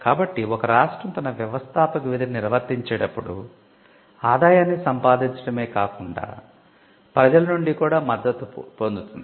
కాబట్టి ఒక రాష్ట్రం తన వ్యవస్థాపక విధిని నిర్వర్తించేటప్పుడు ఆదాయాన్ని సంపాదించడమే కాకుండా ప్రజల నుండి కూడా మద్దతు కూడా పొందుతుంది